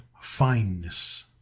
fineness